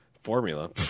Formula